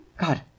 God